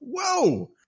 whoa